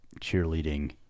cheerleading